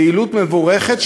פעילות מבורכת.